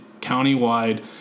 countywide